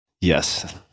Yes